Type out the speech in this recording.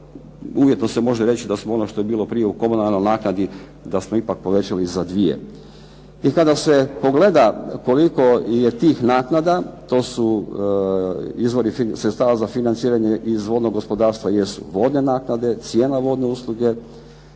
Uvjetno se može reći da se ono što je bilo prije u komunalnoj naknadi da smo ipak povećali za dvije. I kada se pogleda koliko je tih naknada to su izvori sredstava za financiranje iz vodnog gospodarstva jesu vodne naknade, cijena vodne usluge,